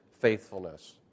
faithfulness